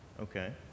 Okay